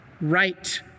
right